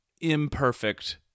imperfect